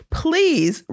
please